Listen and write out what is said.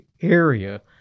area